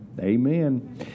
Amen